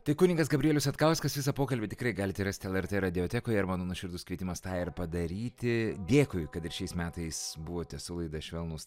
tai kunigas gabrielius satkauskas visą pokalbį tikrai galite rasti lrt radiotekoje ir mano nuoširdus kvietimas tą ir padaryti dėkui kad ir šiais metais buvote su laida švelnūs